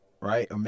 right